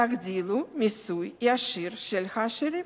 תגדילו מיסוי ישיר של העשירים.